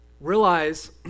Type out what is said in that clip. Realize